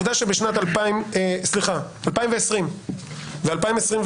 סליחה 2020 ו-2021,